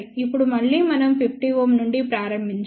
ఇప్పుడు మళ్ళీ మనం 50 Ω నుండి ప్రారంభించాలి